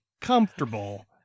comfortable